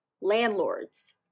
landlords